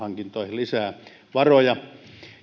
lisää varoja